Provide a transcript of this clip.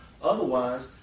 Otherwise